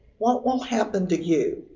what will happen to you?